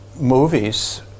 movies